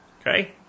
Okay